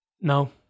No